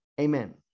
Amen